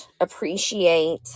appreciate